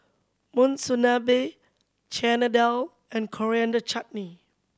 Monsunabe Chana Dal and Coriander Chutney